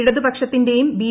ഇടതുപക്ഷത്തിന്റെയും B